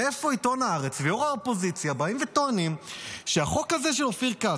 מאיפה עיתון הארץ וראש האופוזיציה באים וטוענים שהחוק הזה של אופיר כץ,